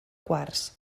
quars